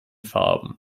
farben